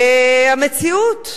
המציאות,